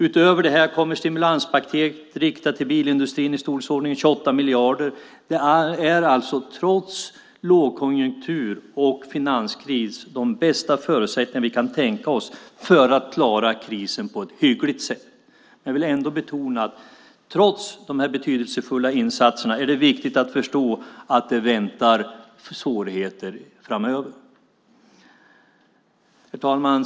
Utöver detta kommer stimulanspaket riktat till bilindustrin på i storleksordningen 28 miljarder. Trots lågkonjunktur och finanskris har vi de bästa förutsättningar vi kan tänka oss för att klara krisen på ett hyggligt sätt. Men jag vill ändå betona att trots de här betydelsefulla insatserna är det viktigt att förstå att det väntar svårigheter framöver. Herr talman!